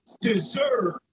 deserve